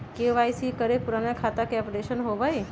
KYC करें से पुराने खाता के अपडेशन होवेई?